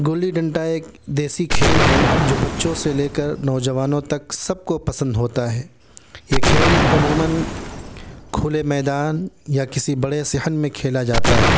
گلی ڈنڈا ایک دیسی کھیل ہے جو بچوں سے لے کر نوجوانوں تک سب کو پسند ہوتا ہے یہ کھیل عموماً کھلے میدان یا کسی بڑے صحن میں کھیلا جاتا ہے